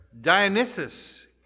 Dionysus